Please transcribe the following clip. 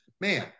man